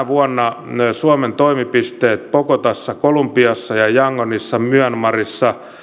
vuonna suomen toimipisteet bogotassa kolumbiassa ja yangonissa myanmarissa